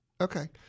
Okay